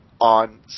on